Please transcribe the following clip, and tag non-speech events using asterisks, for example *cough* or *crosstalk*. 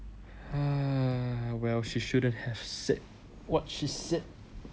*noise* well she shouldn't have said what she said